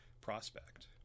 prospect